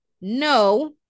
no